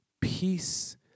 peace